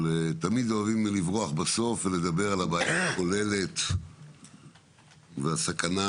ולדבר על הבעיה הכוללת ועל הסכנה